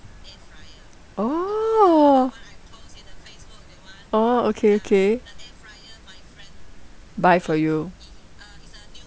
oh oh okay okay buy for you